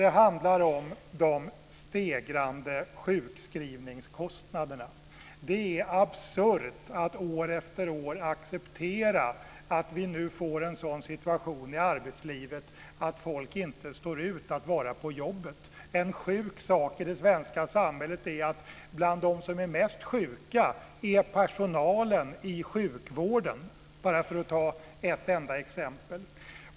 Det handlar om de stegrande sjukskrivningskostnaderna. Det är absurt att år efter år acceptera att vi nu får en sådan situation i arbetslivet att människor inte står ut med att vara på jobbet. En sjuk sak i det svenska samhället är att bland dem som är mest sjuka är personalen i sjukvården. Detta är bara ett exempel.